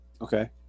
Okay